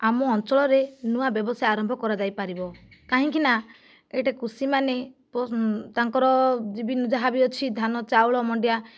ଆମ ଅଞ୍ଚଳରେ ନୂଆ ବ୍ୟବସାୟ ଆରମ୍ଭ କରା ଯାଇପାରିବ କାହିଁକି ନା ଏଠି କୃଷିମାନେ ତାଙ୍କର ଯାହା ବି ଅଛି ଧାନ ଚାଉଳ ମାଣ୍ଡିଆ